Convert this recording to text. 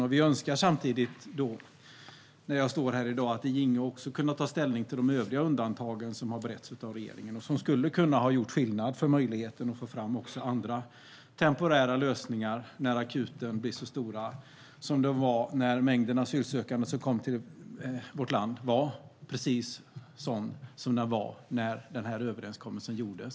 Samtidigt önskar jag när jag står här i dag att det ginge att också ta ställning till de övriga undantag som har beretts av regeringen och som skulle kunna göra skillnad för möjligheten att få fram också andra temporära lösningar när de akuta behoven blir så stora som de var när en mängd asylsökande kom till vårt land och precis som de var när överenskommelsen gjordes.